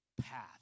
path